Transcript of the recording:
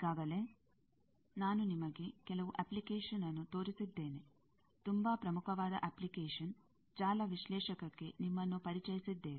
ಈಗಾಗಲೇ ನಾನು ನಿಮಗೆ ಕೆಲವು ಅಪ್ಲಿಕೇಷನ್ನ್ನು ತೋರಿಸಿದ್ದೇನೆ ತುಂಬಾ ಪ್ರಮುಖವಾದ ಅಪ್ಲಿಕೇಷನ್ ಜಾಲ ವಿಶ್ಲೇಷಕಕ್ಕೆ ನಿಮ್ಮನ್ನು ಪರಿಚಯಿಸಿದ್ದೇವೆ